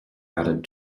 added